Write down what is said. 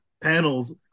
panels